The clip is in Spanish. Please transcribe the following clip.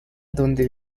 donde